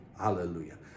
Hallelujah